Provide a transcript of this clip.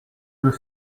deux